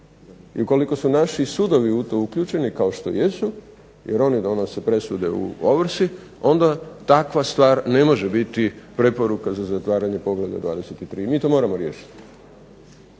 I ukoliko su naši sudovi u to uključeni kao što jesu, jer oni donose presude u ovrsi onda takva stvar ne može biti preporuka za zatvaranje poglavlja 23. i mi to moramo riješiti.